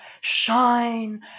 shine